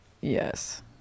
Yes